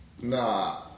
Nah